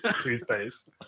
toothpaste